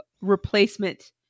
replacement